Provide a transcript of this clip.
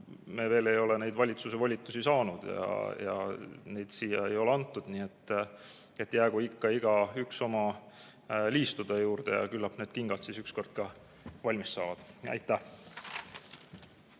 me veel ei ole valitsuse volitusi saanud ja neid siia ei ole antud. Jäägu ikka igaüks oma liistude juurde ja küllap need kingad siis ükskord ka valmis saavad. Aitäh!